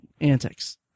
antics